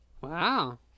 Wow